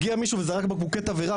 הגיע מישהו וזרק בקבוקי תבערה,